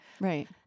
right